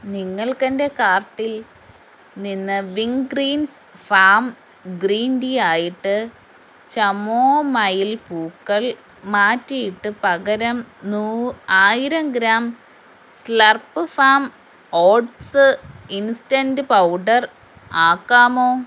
നിങ്ങൾക്ക് എന്റെ കാർട്ടിൽ നിന്ന് വിൻഗ്രീൻസ് ഫാം ഗ്രീൻ ടീ ആയിട്ട് കമോമൈൽ പൂക്കൾ മാറ്റിയിട്ട് പകരം നൂ ആയിരം gram Slurrp farm oats instant powder ആക്കാമോ